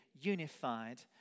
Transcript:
unified